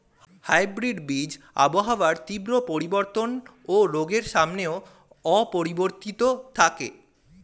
hybrid বীজ আবহাওয়ার তীব্র পরিবর্তন ও রোগের সামনেও অপরিবর্তিত থাকে